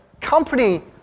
company